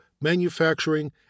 manufacturing